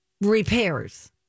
Repairs